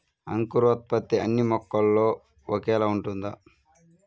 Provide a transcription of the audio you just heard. అంకురోత్పత్తి అన్నీ మొక్కలో ఒకేలా ఉంటుందా?